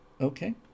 Okay